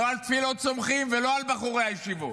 לא על תפילות סומכים ולא על בחורי הישיבות,